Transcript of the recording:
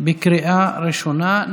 בקריאה הראשונה.